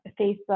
Facebook